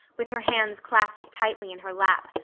with her hands clasped tightly in her lap,